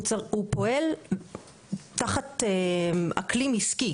הוא פועל תחת אקלים עסקי.